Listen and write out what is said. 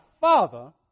Father